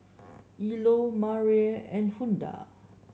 Eola and Huldah